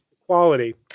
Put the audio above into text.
Equality